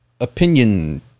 opinion